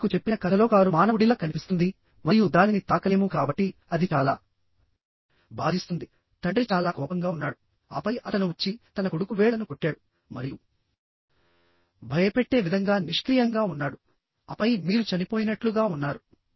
నేను మీకు చెప్పిన కథలో కారు మానవుడిలా కనిపిస్తుంది మరియు దానిని తాకలేము కాబట్టి అది చాలా బాధిస్తుంది తండ్రి చాలా కోపంగా ఉన్నాడు ఆపై అతను వచ్చి తన కొడుకు వేళ్ళను కొట్టాడు మరియు భయపెట్టే విధంగా నిష్క్రియంగా ఉన్నాడు ఆపై మీరు చనిపోయినట్లుగా ఉన్నారు